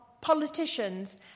politicians